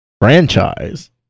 Franchise